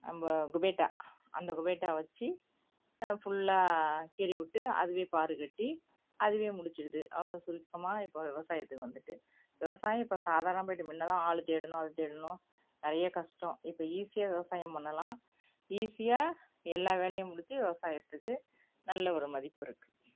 நம்ம குபேட்டா அந்த குபேட்டாவை வச்சு ஃபுல்லாக கீறி விட்டு அதுவே பார் கட்டி அதுவே முடிச்சுருது அவ்வளோ சுருக்கமாக இப்போ விவசாயத்துக்கு வந்துட்டு விவசாயம் இப்போ சாதாரணமாக போய்விட்டு முன்னதான் ஆள் தேடணும் அதை தேடணும் நிறையா கஷ்டம் இப்போ ஈஸியா விவசாயம் பண்ணலாம் ஈஸியாக எல்லா வேலையும் முடிச்சி விவசாயத்துக்கு நல்லவொரு மதிப்பிருக்கு